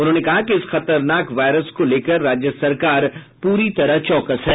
उन्होंने कहा कि इस खतरनाक वायरस को लेकर राज्य सरकार पूरी तरह चौकस है